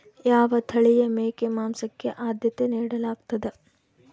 ಯಾವ ತಳಿಯ ಮೇಕೆ ಮಾಂಸಕ್ಕೆ, ಆದ್ಯತೆ ನೇಡಲಾಗ್ತದ?